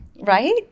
Right